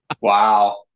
Wow